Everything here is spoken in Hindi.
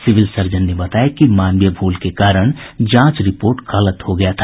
सिविल सर्जन ने बताया कि मानवीय भूल के कारण जांच रिपोर्ट गलत हो गया था